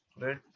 right